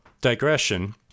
digression